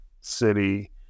city